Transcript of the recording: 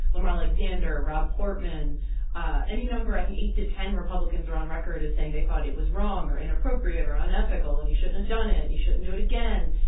lamar alexander, rob portman ah any number i think eight to ten republicans are on record as saying they thought it was wrong or inappropriate or unethical, and he shouldn't have done it. and he shouldn't do it again.